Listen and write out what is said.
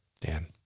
Dan